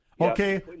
Okay